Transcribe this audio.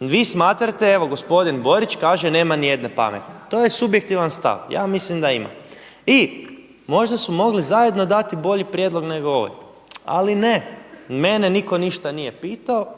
Vi smatrate, evo gospodin Borić kaže nema niti jedne pametne. To je subjektivan stav, ja mislim da ima. I možda smo mogli zajedno dati bolji prijedlog nego ovaj. Ali ne, mene nitko ništa nije pitao